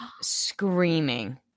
Screaming